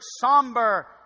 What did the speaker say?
somber